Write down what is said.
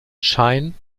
schein